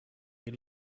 you